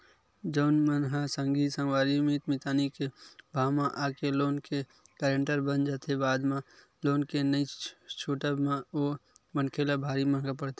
जउन मन ह संगी संगवारी मीत मितानी के भाव म आके लोन के गारेंटर बन जाथे बाद म लोन के नइ छूटब म ओ मनखे ल भारी महंगा पड़थे